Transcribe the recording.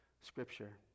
scripture